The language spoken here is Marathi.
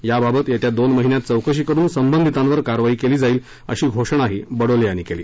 याबाबत येत्या दोन महिन्यात चौकशी करून संबंधितांवर कारवाई केली जाईल अशी घोषणा बडोले यांनी केली